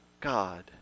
God